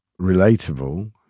relatable